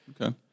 okay